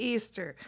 Easter